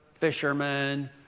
fishermen